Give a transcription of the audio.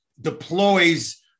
deploys –